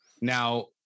Now